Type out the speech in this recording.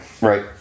Right